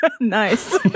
Nice